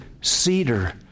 cedar